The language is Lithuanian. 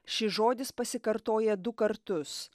šis žodis pasikartoja du kartus